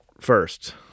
first